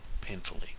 painfully